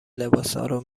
لباسارو